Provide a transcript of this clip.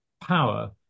power